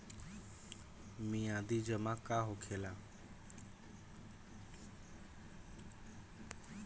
मियादी जमा का होखेला?